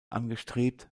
angestrebt